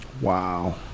Wow